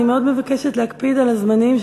אני מאוד מבקשת להקפיד על הזמנים.